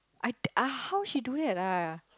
I I how she do that ah